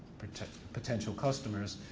potential potential customers.